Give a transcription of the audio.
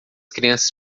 crianças